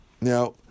Now